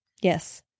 Yes